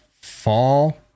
fall